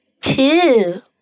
two